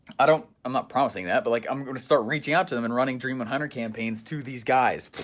i don't, i'm not promising that but like i'm gonna start reaching out to them and running dream one hundred campaigns to these guys,